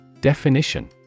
Definition